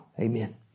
Amen